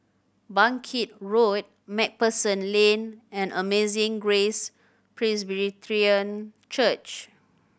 Bangkit Road Macpherson Lane and Amazing Grace Presbyterian Church